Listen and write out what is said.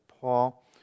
Paul